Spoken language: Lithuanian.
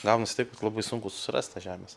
gaunasi taip kad labai sunku susirast tą žemės